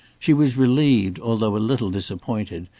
she was relieved, although a little disappointed,